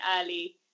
early